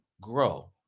grow